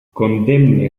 condemne